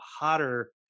hotter